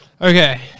Okay